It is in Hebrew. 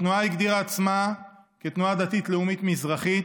התנועה הגדירה עצמה כתנועה דתית לאומית מזרחית,